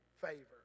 favor